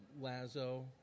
Lazo